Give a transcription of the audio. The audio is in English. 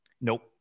Nope